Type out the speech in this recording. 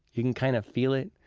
you can kind of feel it,